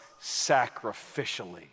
sacrificially